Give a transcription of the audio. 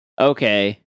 okay